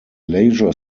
leisure